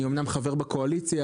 אני אומנם חבר בקואליציה,